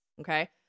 okay